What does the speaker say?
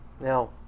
Now